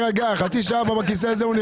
אך לאחרונה התבשרנו שישראכרט, שהיא חברה ללא